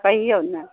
कहिऔ ने